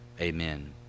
Amen